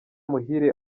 muhire